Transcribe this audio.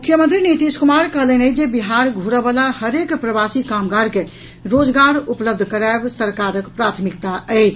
मुख्यमंत्री नीतीश कुमार कहलनि अछि जे बिहार घुरऽवला हरेक प्रवासी कामगार के रोजगार उपलब्ध करायब सरकारक प्राथमिकता अछि